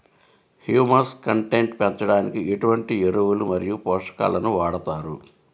Humus content పెంచడానికి ఎటువంటి ఎరువులు మరియు పోషకాలను వాడతారు?